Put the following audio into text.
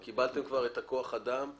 קיבלתם כבר את כוח האדם.